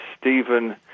Stephen